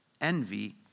envy